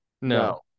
No